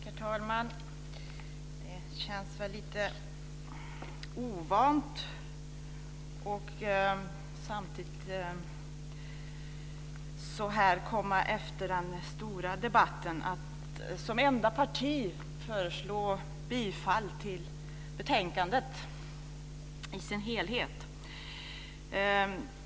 Herr talman! Det känns lite ovant att komma så här efter den stora debatten och som enda parti föreslå bifall till hemställan i betänkandet i dess helhet.